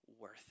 worth